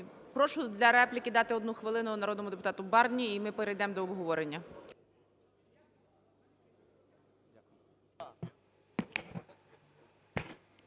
Прошу для репліки дати одну хвилину народному депутату Барні, і ми перейдемо до обговорення.